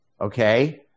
okay